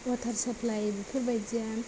अवाटार supply बेफोरबायदिया